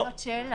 זאת שאלה.